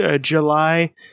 July